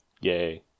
Yay